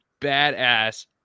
badass